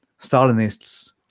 stalinists